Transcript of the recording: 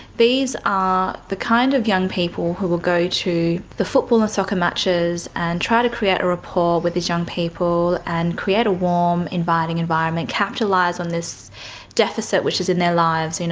these are the kind of young people who will go to the football and soccer matches and try to create a rapport with these young people, and create a warm, inviting environment, capitalise on this deficit which is in their lives, you know